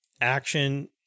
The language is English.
action